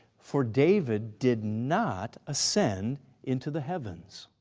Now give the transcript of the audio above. for david did not ascend into the heavens.